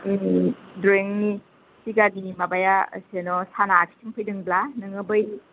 ड्र'उविंनि फिगारनि माबाया जेन' साना आखसिथिं फैदोंब्ला नोङो बै